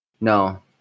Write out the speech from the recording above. No